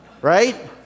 right